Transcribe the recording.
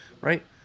right